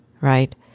Right